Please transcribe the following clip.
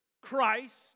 Christ